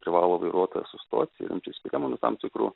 privalo vairuotojas sustot ir imtis priemonių tam tikrų